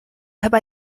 chyba